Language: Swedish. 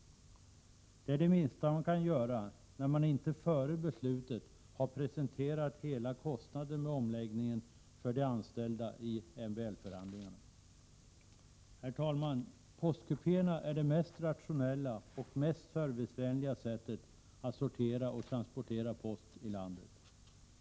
Det är det minsta man kan göra när man inte före beslutet har presenterat hela kostnaden med omläggningen för de anställda i samband med MBL förhandlingarna. Herr talman! Postkupéerna är det mest rationella och mest servicevänliga sättet att sortera och transportera post i landet.